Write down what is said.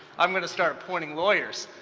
i'm going to start appointing lawyers.